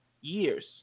years